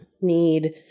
need